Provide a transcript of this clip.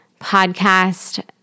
podcast